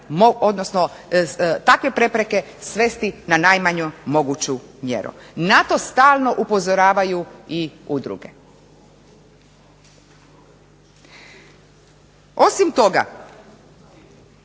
odnosno takve prepreke svesti na najmanju moguću mjeru. Na to stalno upozoravaju i udruge. Osim toga,